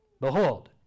behold